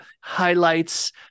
highlights